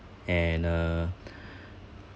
and uh